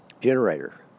generator